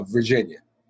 Virginia